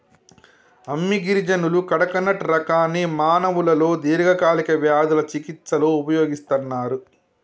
అమ్మి గిరిజనులు కడకనట్ రకాన్ని మానవులలో దీర్ఘకాలిక వ్యాధుల చికిస్తలో ఉపయోగిస్తన్నరు